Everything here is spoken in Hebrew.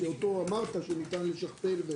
שאותו אמרת שניתן לשכפל.